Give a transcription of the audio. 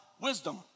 wisdom